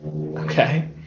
okay